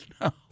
No